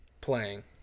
playing